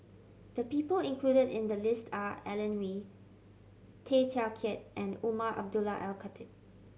the people included in the list are Alan Oei Tay Teow Kiat and Umar Abdullah Al Khatib